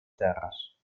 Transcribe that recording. terres